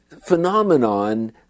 phenomenon